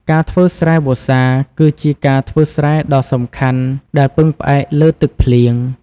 ការធ្វើស្រែវស្សា គឺជាការធ្វើស្រែដ៏សំខាន់ដែលពឹងផ្អែកលើទឹកភ្លៀង។